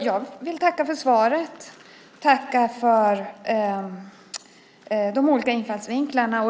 Jag vill tacka för svaret och för de olika infallsvinklarna.